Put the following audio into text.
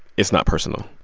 it's not personal.